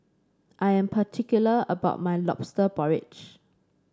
I am particular about my lobster porridge